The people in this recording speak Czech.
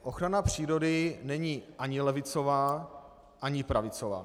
Ochrana přírody není ani levicová ani pravicová.